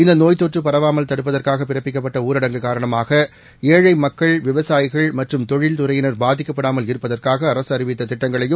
இந்த நோய்த்தொற்று பரவாமல் தடுப்பதற்காக பிறப்பிக்கப்பட்ட ஊரடங்கு காரணமாக ஏழை மக்கள் விவசாயிகள் மற்றும் தொழில்துறையினர் பாதிக்கப்படாமல் இருப்பதற்காக அரசு அறிவித்த திட்டங்களையும்